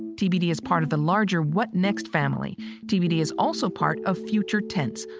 tbd as part of the larger what next family dvd is also part of future tense,